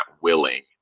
willing